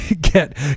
get